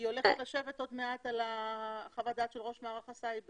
היא עוד מעט הולכת לשבת על חוות הדעת של ראש מערך הסייבר.